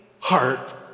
heart